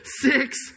six